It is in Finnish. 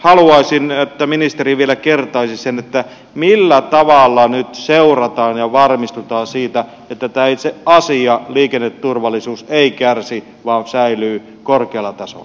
haluaisin että ministeri vielä kertaisi sen millä tavalla nyt seurataan ja varmistutaan siitä että tämä itse asia liikenneturvallisuus ei kärsi vaan säilyy korkealla tasolla